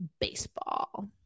Baseball